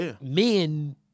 men